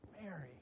Mary